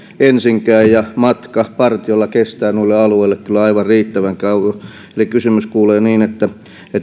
ensinkään ja matka partiolla kestää noille alueille kyllä aivan riittävän kauan eli kysymys kuuluu niin että